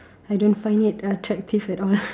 I don't find it attractive at all